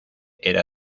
era